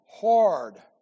hard